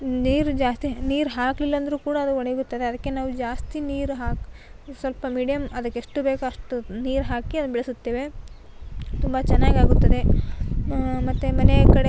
ನೀರು ಜಾಸ್ತಿ ನೀರು ಹಾಕಲಿಲ್ಲ ಅಂದರೂ ಕೂಡ ಅದು ಒಣಗುತ್ತದೆ ಅದಕ್ಕೆ ನಾವು ಜಾಸ್ತಿ ನೀರು ಹಾಕಿ ಸ್ವಲ್ಪ ಮೀಡಿಯಮ್ ಅದಕ್ಕೆ ಎಷ್ಟು ಬೇಕು ಅಷ್ಟು ನೀರು ಹಾಕಿ ಅದನ್ನ ಬೆಳೆಸುತ್ತೇವೆ ತುಂಬ ಚೆನ್ನಾಗಾಗುತ್ತದೆ ಮತ್ತು ಮನೆಯ ಕಡೆ